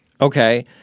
Okay